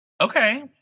Okay